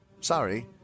sorry